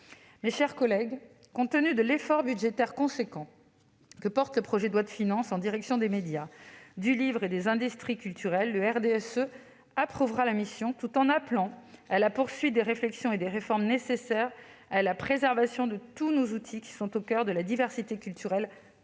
Mes chers collègues, compte tenu de l'effort budgétaire conséquent que porte le projet de loi de finances en direction des médias, du livre et des industries culturelles, le RDSE approuvera la mission, tout en appelant à la poursuite des réflexions et des réformes nécessaires à la préservation de tous les outils qui sont au coeur de la diversité culturelle française.